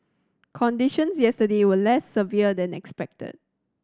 conditions yesterday were less severe than expected